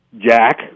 jack